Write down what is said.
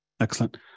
Excellent